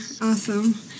Awesome